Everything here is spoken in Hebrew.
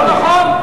לא נכון.